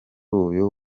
uyu